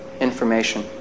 information